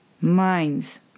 minds